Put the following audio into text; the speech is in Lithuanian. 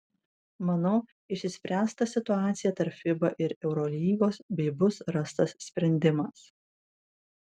manau išsispręs ta situacija tarp fiba ir eurolygos bei bus rastas sprendimas